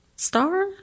Star